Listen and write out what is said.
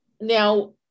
Now